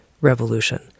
revolution